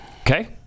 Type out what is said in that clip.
Okay